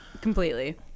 Completely